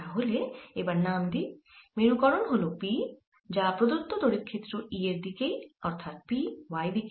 তাহলে এবার নাম দিই মেরুকরন হল P যা প্রদত্ত তড়িৎ ক্ষেত্র E এর দিকেই অর্থাৎ P y দিকে